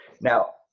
Now